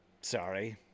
sorry